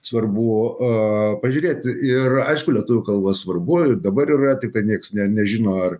svarbu a pažiūrėt ir aišku lietuvių kalba svarbu ir dabar yra tiktai nieks nežino ar